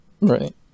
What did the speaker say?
Right